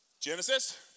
Genesis